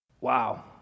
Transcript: Wow